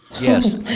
Yes